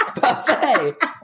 buffet